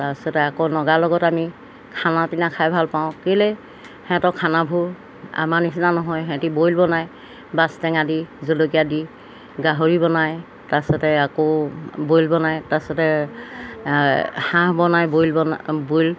তাৰপিছতে আকৌ নগাৰ লগত আমি খানা পিনা খাই ভালপাওঁ কেলৈ সিহঁতৰ খানাবোৰ আমাৰ নিচিনা নহয় সিহঁতি বইল বনায় বাছ টেঙা দি জলকীয়া দি গাহৰি বনায় তাৰপিছতে আকৌ বইল বনায় তাৰপিছতে হাঁহ বনায় বইল বনা বইল